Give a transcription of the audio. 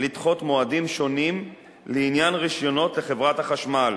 לדחות מועדים שונים לעניין רשיונות לחברת החשמל